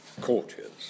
courtiers